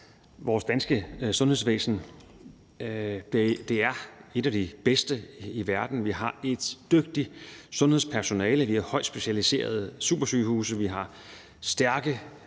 Det danske sundhedsvæsen er et af de bedste i verden. Vi har et dygtigt sundhedspersonale, vi har højt specialiserede supersygehuse, vi har stærke